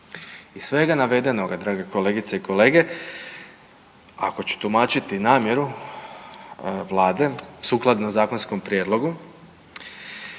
Iz svega navedenoga, drage kolegice i kolege, ako ću tumačiti namjeru Vlade sukladno zakonskom prijedlogu,